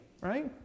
right